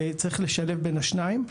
וצריך לשלב בין השניים.